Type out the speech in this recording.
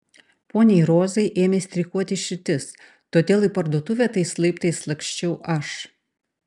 poniai rozai ėmė streikuoti širdis todėl į parduotuvę tais laiptais laksčiau aš